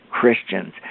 Christians